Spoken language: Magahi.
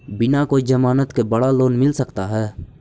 बिना कोई जमानत के बड़ा लोन मिल सकता है?